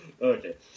Okay